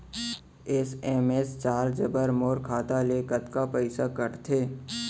SMS charge बर मोर खाता ले कतका पइसा कटथे?